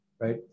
right